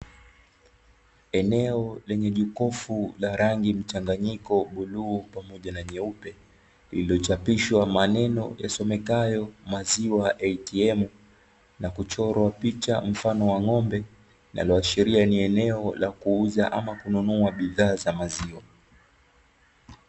Eneo lenye jokofu la rangi mchanganyiko wa bluu pamoja na nyeupe, iliyochapishwa maneno yasomekayo "maziwa atm", na kuchorwa picha mfano ng'ombe yalioashiria ni eneo la kuuza ama kununua bidhaa za maziwa.